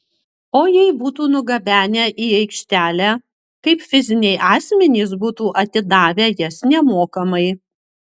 o jei būtų nugabenę į aikštelę kaip fiziniai asmenys būtų atidavę jas nemokamai